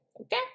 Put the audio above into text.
Okay